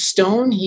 Stone